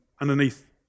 underneath